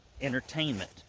entertainment